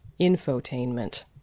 infotainment